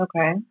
Okay